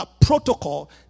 protocol